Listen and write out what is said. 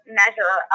measure